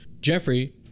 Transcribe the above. Jeffrey